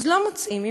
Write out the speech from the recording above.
לא מוצאים.